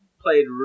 played